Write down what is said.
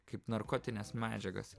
kaip narkotines medžiagas